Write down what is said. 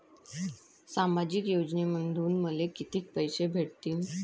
सामाजिक योजनेमंधून मले कितीक पैसे भेटतीनं?